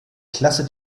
klasse